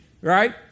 Right